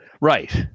Right